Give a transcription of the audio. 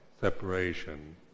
separation